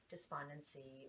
Despondency